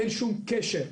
אין שום קשר.